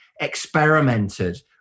experimented